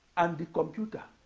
and computer.